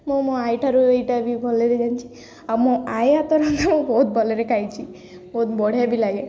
ମୁଁ ମୋ ଆଈ ଠାରୁ ଏଇଟା ବି ଭଲରେ ଜାଣିଛି ଆଉ ମୋ ଆଈ ହାତ ରନ୍ଧା ମୁଁ ବହୁତ ଭଲରେ ଖାଇଚି ବହୁତ ବଢ଼ିଆ ବି ଲାଗେ